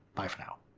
bye for now.